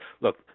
look